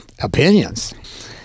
opinions